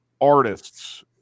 artists